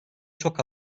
çok